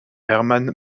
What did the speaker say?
herman